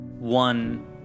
one